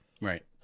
Right